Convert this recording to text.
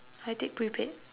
I take prepaid